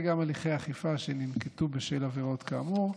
וגם הליכי אכיפה שננקטו בשל עבירות כאמור.